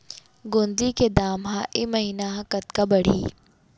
गोंदली के दाम ह ऐ महीना ह कतका बढ़ही?